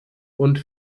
und